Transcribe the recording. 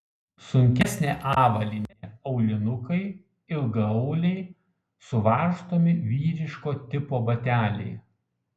sunkesnė avalynė aulinukai ilgaauliai suvarstomi vyriško tipo bateliai